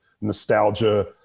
nostalgia